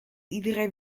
iedereen